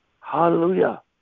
hallelujah